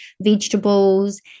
vegetables